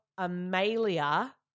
Amalia